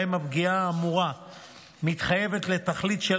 שבהן הפגיעה האמורה מתחייבת לתכלית של